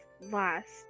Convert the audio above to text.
last